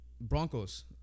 Broncos